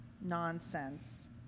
nonsense